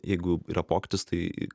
jeigu yra pokytis tai